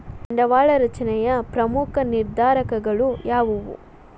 ಬಂಡವಾಳ ರಚನೆಯ ಪ್ರಮುಖ ನಿರ್ಧಾರಕಗಳು ಯಾವುವು